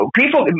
people